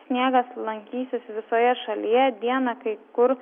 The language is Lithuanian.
sniegas lankysis visoje šalyje dieną kai kur